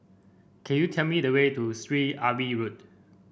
can you tell me the way to Syed Alwi Road